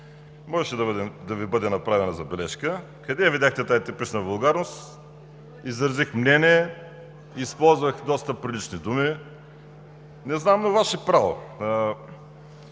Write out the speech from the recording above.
Можеше да Ви бъде направена забележка. Къде я видяхте тази типична вулгарност? Изразих мнение, използвах доста прилични думи – не знам, но Ваше право.